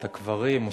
את הקברים,